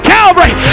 Calvary